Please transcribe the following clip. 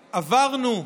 שעברנו,